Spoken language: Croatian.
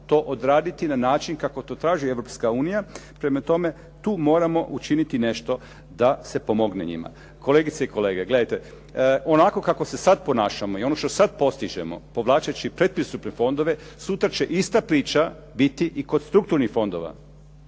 to odraditi na način kako to traži Europska unija, prema tome tu moramo učiniti nešto da se pomogne njima. Kolegice i kolege gledajte, onako kako se sad ponašamo i ono što sad postižemo povlačeći predpristupne fondove, sutra će ista priča biti i kod strukturnih fondova.